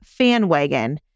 FanWagon